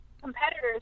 competitors